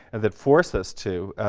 and that force us to,